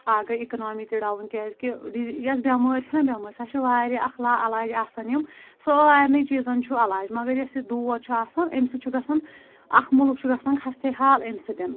اَکھ گٔے اِکنامی تہٕ ڈاوُن کیازکہِ یۄس بٮ۪مٲرۍ چھنہ بٮ۪مٲرۍ سۄ چھِ واریاہ اَکھ لاعٮ۪لاج آسان یِم سارِنے چیٖزَن چھُ عٮ۪لاج مگر یۄس یہِ دود چھُ آسان امہِ سۭتۍ چھُ گَژَھان اَکھ مُلُک چھُ گَژَھان خستہ حال امہِ سۭتۍ